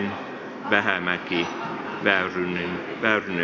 vaalitoimitus alkoi